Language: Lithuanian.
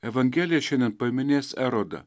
evangelija šiandien paminės erodą